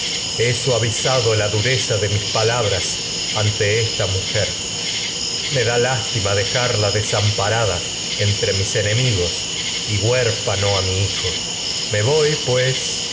he suavizado la me da y dureza de mis palabras ante esta entre mujer lástima dejarla a desamparada mis enemigos ños y huérfano mi hijo me voy pues